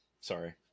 sorry